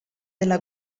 della